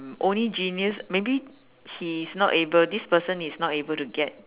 only genius maybe he is not able this person is not able to get